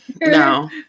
No